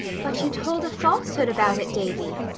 but you told a falsehood about it, davy,